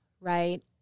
Right